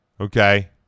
Okay